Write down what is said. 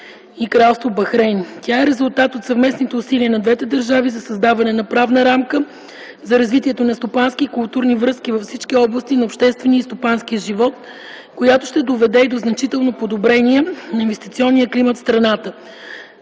Тя е резултат от съвместните усилия на двете държави за създаването на правна рамка за развитие на стопански и културни връзки във всички области на обществения и стопанския живот, която ще доведе и до значително подобрение на инвестиционния климат в страната.